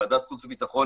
ועדת החוץ והביטחון